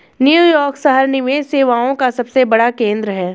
New York शहर निवेश सेवाओं का सबसे बड़ा केंद्र है